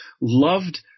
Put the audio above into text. loved